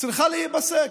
צריכה להיפסק.